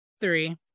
three